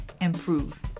improve